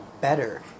better